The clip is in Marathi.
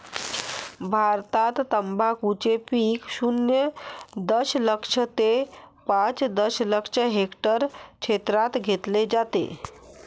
भारतात तंबाखूचे पीक शून्य दशलक्ष ते पाच दशलक्ष हेक्टर क्षेत्रात घेतले जाते